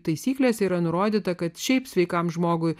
taisyklėse yra nurodyta kad šiaip sveikam žmogui